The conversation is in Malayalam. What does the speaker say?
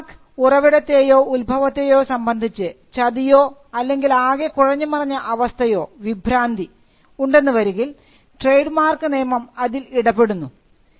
ട്രേഡ് മാർക്ക് ഉറവിടത്തെയോ ഉൽഭവത്തെയോ സംബന്ധിച്ച് ചതിയോ അല്ലെങ്കിൽ ആകെ കുഴഞ്ഞു മറിഞ്ഞ അവസ്ഥയോ വിഭ്രാന്തി ഉണ്ടെന്ന് വരികിൽ ട്രേഡ് മാർക്ക് നിയമം അതിൽ ഇടപെടുന്നു